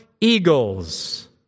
eagles